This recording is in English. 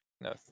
No